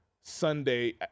Sunday